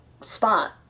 spot